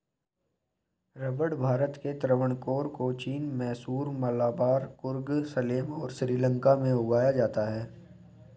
रबड़ भारत के त्रावणकोर, कोचीन, मैसूर, मलाबार, कुर्ग, सलेम और श्रीलंका में उगाया जाता है